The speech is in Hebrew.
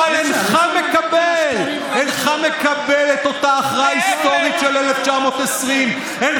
אבל אינך מקבל את אותה הכרעה היסטורית של 1920. להפך,